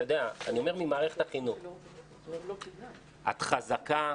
את חזקה,